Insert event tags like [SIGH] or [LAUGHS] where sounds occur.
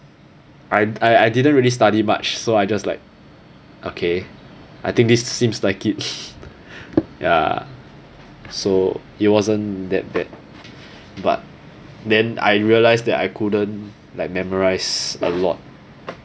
I I I didn't really study much so I just like okay I think this seems like it [LAUGHS] ya so it wasn't that bad but then I realised that I couldn't like memorize a lot